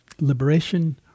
liberation